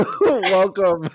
welcome